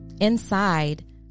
Inside